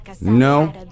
No